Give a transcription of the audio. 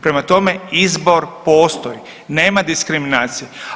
Prema tome, izbor postoji nema diskriminacije.